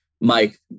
Mike